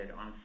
on